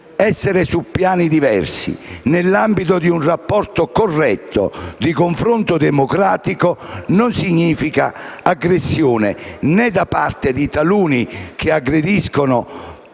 essere su piani diversi nell'ambito di un rapporto corretto e di confronto democratico non significa aggressione né da parte di taluni che aggrediscono